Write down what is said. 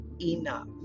enough